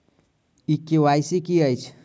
ई KYC की अछि?